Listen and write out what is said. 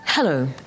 Hello